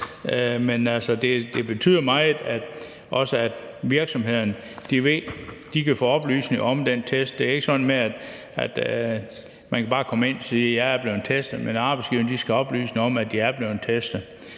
Men det betyder meget, at virksomhederne kan få oplysninger om den test. Det er ikke sådan, at man bare kan komme ind og sige: Jeg er blevet testet. Arbejdsgiveren skal oplyses om, at man er blevet testet.